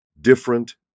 different